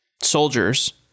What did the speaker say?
soldiers